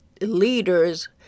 leaders